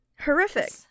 Horrific